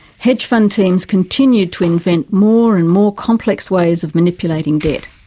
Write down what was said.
hedge fund teams continued to invent more and more complex ways of manipulating debt.